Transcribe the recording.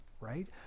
right